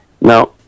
Now